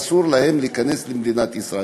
אסור להם להיכנס למדינת ישראל.